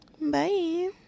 bye